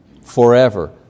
forever